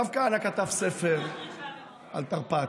הרב כהנא כתב ספר על תרפ"ט.